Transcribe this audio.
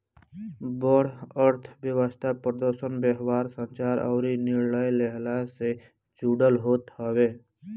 बड़ अर्थव्यवस्था प्रदर्शन, व्यवहार, संरचना अउरी निर्णय लेहला से जुड़ल होत हवे